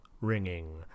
ringing